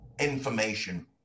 information